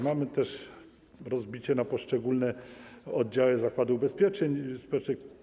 Mamy też rozbicie na poszczególne oddziały Zakładu Ubezpieczeń Społecznych.